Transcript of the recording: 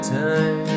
time